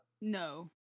No